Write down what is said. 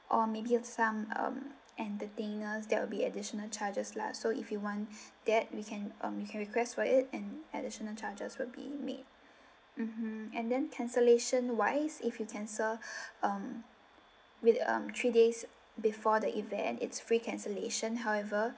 or maybe uh some um entertainers that will be additional charges lah so if you want that we can um you can request for it and additional charges will be made mmhmm and then cancellation wise if you cancel um with um three days before the event it's free cancellation however